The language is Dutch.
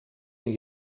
een